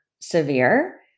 severe